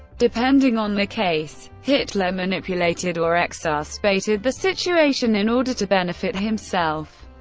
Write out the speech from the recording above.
depending on the case, hitler manipulated or exarcebated the situation in order to benefit himself,